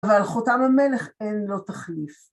אבל חותם המלך אין לו תחליף.